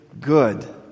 good